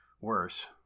worse